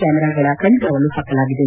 ಕ್ಟಾಮರಾಗಳ ಕಣ್ಗಾವಲು ಹಾಕಲಾಗಿದೆ